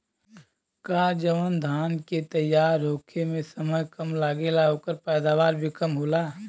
का जवन धान के तैयार होखे में समय कम लागेला ओकर पैदवार भी कम होला?